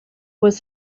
was